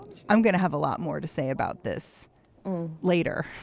i'm going to have a lot more to say about this later